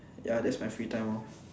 ya that's my free time lor